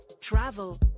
travel